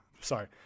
Sorry